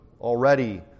already